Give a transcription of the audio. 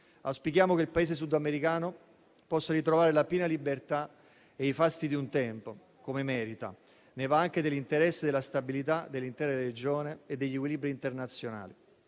Auspichiamo che il Paese sudamericano possa ritrovare la piena libertà e i fasti di un tempo, come merita. Ne vanno anche dell'interesse e della stabilità dell'intera regione e degli equilibri internazionali.